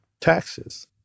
taxes